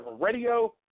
Radio